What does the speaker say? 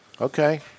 Okay